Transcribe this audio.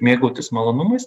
mėgautis malonumais